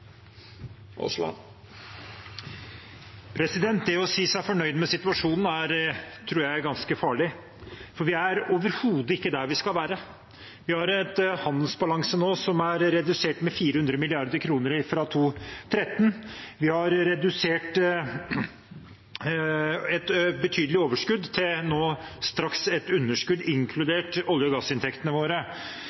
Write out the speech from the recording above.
Det å si seg fornøyd med situasjonen tror jeg er ganske farlig, for vi er overhodet ikke der vi skal være. Vi har en handelsbalanse nå som er redusert med 400 mrd. kr fra 2013. Vi har redusert et betydelig overskudd til nå straks et underskudd, inkludert olje- og gassinntektene våre.